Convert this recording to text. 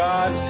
God